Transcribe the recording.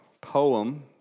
poem